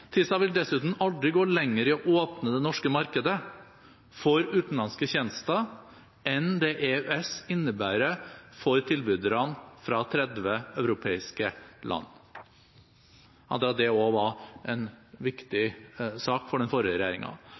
TISA vil dessuten aldri gå lenger i å åpne det norske markedet for utenlandske tjenester enn det EØS innebærer for tilbydere fra 30 europeiske land. Jeg antar at det også var en viktig sak for den forrige